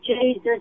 Jesus